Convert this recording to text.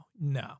no